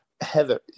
Heather